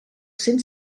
cents